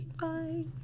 Bye